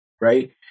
right